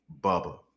Bubba